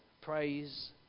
Praise